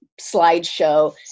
slideshow